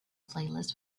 playlist